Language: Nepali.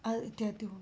आल् इत्यादि हुन्